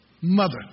mother